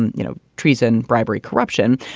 you know, treason, bribery, corruption,